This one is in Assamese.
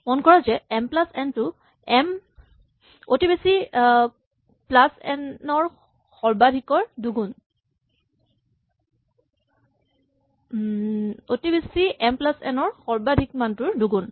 মন কৰা যে এম প্লাচ এন টো এম অতি বেছি এম প্লাচ এন ৰ সৰ্বাধিকৰ দুগুণ